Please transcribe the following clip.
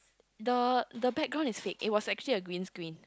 the the background is fake it was actually a green screen